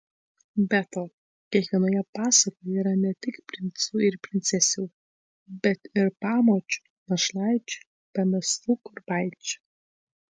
be to kiekvienoje pasakoje yra ne tik princų ir princesių bet ir pamočių našlaičių pamestų kurpaičių